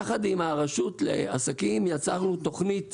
יחד עם הרשות לעסקים יצרנו תוכנית